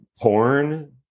porn